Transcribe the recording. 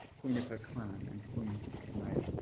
queen of her clan, and queen of mayo.